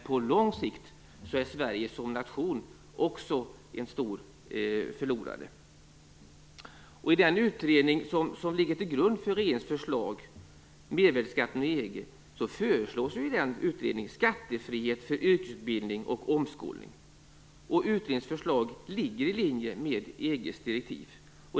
På lång sikt är Sverige som nation också en stor förlorare. I den utredning som ligger till grund för regeringens förslag, Mervärdesskatten i EG, föreslås skattefrihet för yrkesutbildning och omskolning. Utredningens förslag ligger i linje med EG:s direktiv.